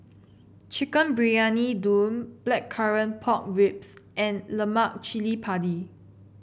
Chicken Briyani Dum Blackcurrant Pork Ribs and Lemak Cili Padi